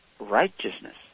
righteousness